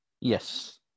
Yes